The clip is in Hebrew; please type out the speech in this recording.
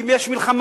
ואם יש מלחמה,